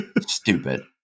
stupid